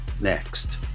Next